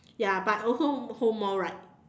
ya but also hold more right